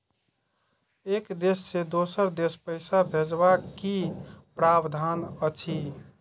एक देश से दोसर देश पैसा भैजबाक कि प्रावधान अछि??